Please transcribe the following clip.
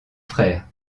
frères